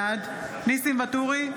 בעד ניסים ואטורי,